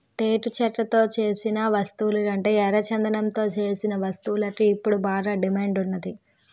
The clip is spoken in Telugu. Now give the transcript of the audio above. టేకు చెక్కతో సేసిన వస్తువులకంటే ఎర్రచందనంతో సేసిన వస్తువులకు ఇప్పుడు బాగా డిమాండ్ ఉన్నాది